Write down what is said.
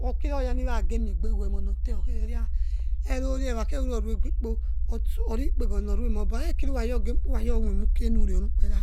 Okirioya niwarage miegbeve emon tor evorie wekheverriegbek po ot orikpeghor ons ontemobo okhavare kira mai urayomviemakerenure onikpenera